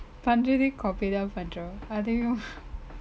பன்றதெ:pandrathe copy தா பன்றொ அதையு:thaa pandro athaiyu